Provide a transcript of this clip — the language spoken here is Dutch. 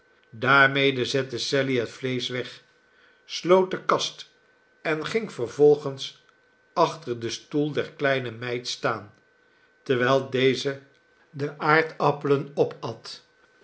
daarmede zette sally het vleesch weg sloot de kast en ging vervolgens achter den stoel der kleine meid staan terwijl deze de aardappelen opat